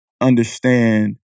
understand